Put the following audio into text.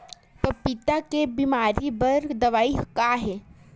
पपीता के बीमारी बर दवाई का हे?